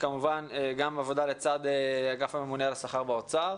וכמובן גם עבודה לצד אגף הממונה על השכר באוצר.